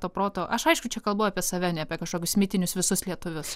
to proto aš aišku čia kalbu apie save ne apie kažkokius mitinius visus lietuvius